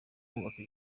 kubaka